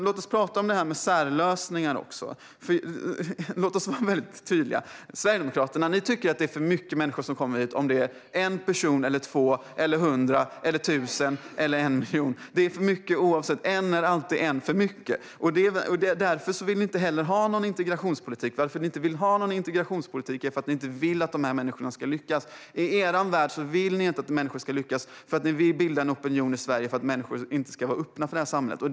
Låt oss tala om särlösningar och också vara väldigt tydliga: Sverigedemokraterna tycker att det är för många människor som kommer hit. En, två, hundra, tusen eller en miljon - det är för många oavsett. En är alltid en för mycket. Därför vill ni inte heller ha någon integrationspolitik, och att ni inte vill ha det beror på att ni inte vill att de här människorna ska lyckas. I er värld vill ni inte att människor ska lyckas, för ni vill nämligen bilda en opinion i Sverige för att människor inte ska vara öppna för detta.